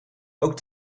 ook